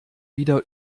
wieder